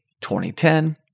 2010